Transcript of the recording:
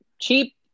cheap